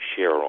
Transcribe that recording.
Cheryl